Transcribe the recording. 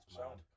sound